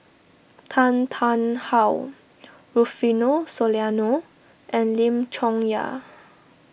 Tan Tarn How Rufino Soliano and Lim Chong Yah